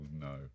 no